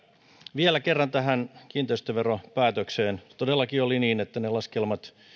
vielä kerran tähän kiinteistöveropäätökseen todellakin oli niin että ne laskelmat